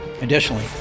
Additionally